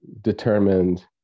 determined